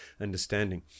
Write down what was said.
understanding